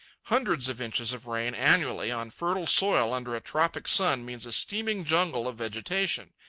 hundreds of inches of rain annually, on fertile soil, under a tropic sun, means a steaming jungle of vegetation.